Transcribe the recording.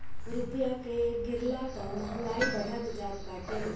रूपया के गिरला पअ महंगाई बढ़त जात बाटे